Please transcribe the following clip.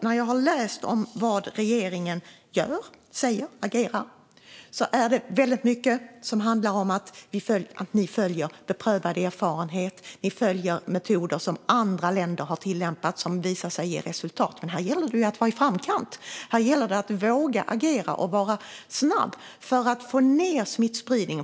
När jag har läst vad regeringen gör, vad den säger och hur den agerar handlar väldigt mycket om att man följer beprövad erfarenhet. Man följer metoder som andra länder har tillämpat och som visar sig ge resultat. Men här gäller det ju att ligga i framkant. Det gäller att våga agera och vara snabb för att få ned smittspridningen.